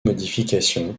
modifications